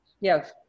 yes